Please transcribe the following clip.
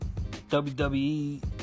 WWE